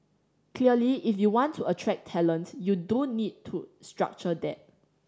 clearly if you want to attract talent you do need to structure that